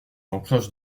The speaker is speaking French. ancrage